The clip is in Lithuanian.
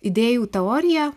idėjų teorija